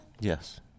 Yes